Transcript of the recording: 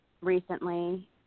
recently